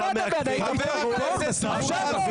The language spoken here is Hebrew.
חבר הכנסת טור פז, קריאה